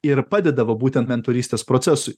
ir padeda va būtent mentorystės procesui